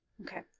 Okay